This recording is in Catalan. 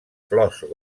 flors